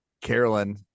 Carolyn